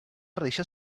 reixa